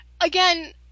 again